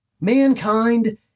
Mankind